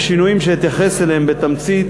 בשינויים שאתייחס אליהם בתמצית,